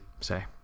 say